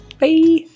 Bye